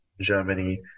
Germany